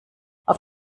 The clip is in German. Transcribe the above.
auf